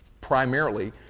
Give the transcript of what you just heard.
primarily